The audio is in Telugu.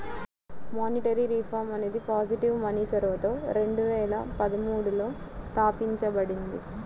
మానిటరీ రిఫార్మ్ అనేది పాజిటివ్ మనీ చొరవతో రెండు వేల పదమూడులో తాపించబడింది